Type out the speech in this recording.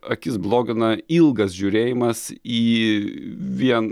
akis blogina ilgas žiūrėjimas į vien